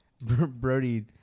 Brody